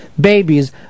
babies